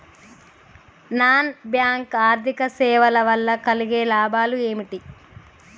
Non bank ఆర్థిక సేవల వల్ల కలిగే లాభాలు ఏమిటి?